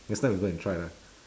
next time we go and try lah